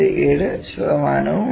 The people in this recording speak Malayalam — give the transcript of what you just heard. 7 ശതമാനമാണ്